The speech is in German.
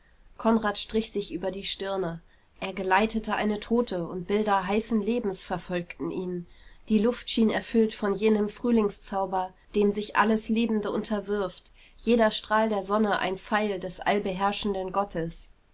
konrad strich sich über die stirne er geleitete eine tote und bilder heißen lebens verfolgten ihn die luft schien erfüllt von jenem frühlingszauber dem sich alles lebende unterwirft jeder strahl der sonne ein pfeil des allbeherrschenden gottes